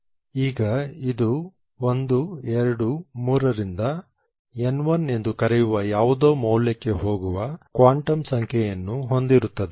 ಈಗ ಇದು 1 2 3 ರಿಂದ n1 ಎಂದು ಕರೆಯುವ ಯಾವುದೋ ಮೌಲ್ಯಕ್ಕೆ ಹೋಗುವ ಕ್ವಾಂಟಮ್ ಸಂಖ್ಯೆಯನ್ನು ಹೊಂದಿರುತ್ತದೆ